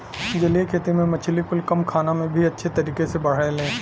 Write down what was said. जलीय खेती में मछली कुल कम खाना में भी अच्छे तरीके से बढ़ेले